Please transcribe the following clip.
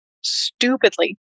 stupidly